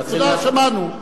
תודה, שמענו.